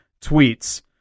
tweets